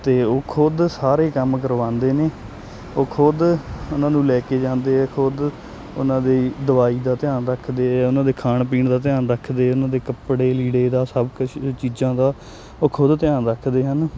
ਅਤੇ ਉਹ ਖੁਦ ਸਾਰੇ ਹੀ ਕੰਮ ਕਰਵਾਉਂਦੇ ਨੇ ਉਹ ਖੁਦ ਉਹਨਾਂ ਨੂੰ ਲੈ ਕੇ ਜਾਂਦੇ ਆ ਖੁਦ ਉਹਨਾਂ ਦੀ ਦਵਾਈ ਦਾ ਧਿਆਨ ਰੱਖਦੇ ਆ ਉਹਨਾਂ ਦੇ ਖਾਣ ਪੀਣ ਦਾ ਧਿਆਨ ਰੱਖਦੇ ਉਹਨਾਂ ਦੇ ਕੱਪੜੇ ਲੀੜੇ ਦਾ ਸਭ ਕੁਛ ਚੀਜ਼ਾਂ ਦਾ ਉਹ ਖੁਦ ਧਿਆਨ ਰੱਖਦੇ ਹਨ